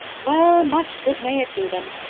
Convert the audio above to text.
well, much good may it do them!